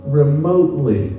remotely